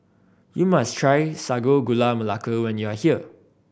you must try Sago Gula Melaka when you are here